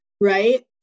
right